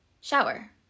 Shower